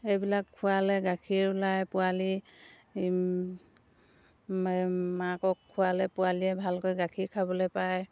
এইবিলাক খোৱালে গাখীৰ ওলায় পোৱালি মাকক খোৱালে পোৱালীয়ে ভালকৈ গাখীৰ খাবলৈ পায়